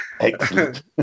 Excellent